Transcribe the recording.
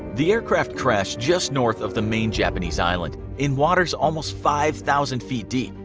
the aircraft crashed just north of the main japanese island, in waters almost five thousand feet deep,